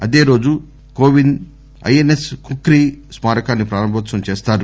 అదే రోజు Kovind I N S Khukri స్మారకాన్ని ప్రారంభోత్సవం చేస్తారు